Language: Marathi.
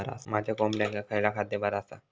माझ्या कोंबड्यांका खयला खाद्य बरा आसा?